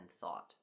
thought